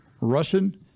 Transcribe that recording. Russian